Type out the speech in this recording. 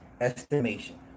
Estimation